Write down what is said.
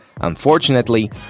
unfortunately